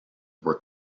were